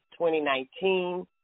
2019